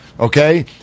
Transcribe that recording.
Okay